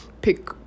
pick